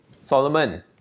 Solomon